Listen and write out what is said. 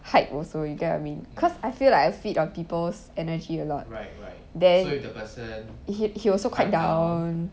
hype also you get what I mean cause I feel like I feed on people's energy a lot then he he also quite down so you you mash is frequency belt which is right right